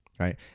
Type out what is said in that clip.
Right